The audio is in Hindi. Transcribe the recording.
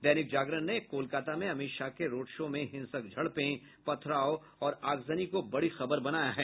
दैनिक जागरण ने कोलकाता में अमित शाह के रोड शो में हिंसक झड़पे पथराव और आगजनी को बड़ी खबर बनाया है